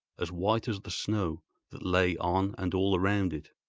as white as the snow that lay on and all around it.